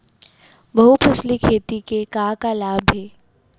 बहुफसली खेती के का का लाभ हे?